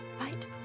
right